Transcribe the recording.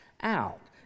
out